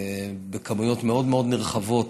בכמויות מאוד מאוד נרחבות,